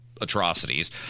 atrocities